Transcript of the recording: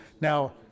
Now